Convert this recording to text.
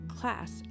class